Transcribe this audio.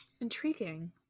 intriguing